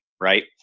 right